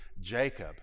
Jacob